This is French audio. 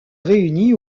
réunit